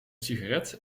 sigaret